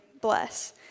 bless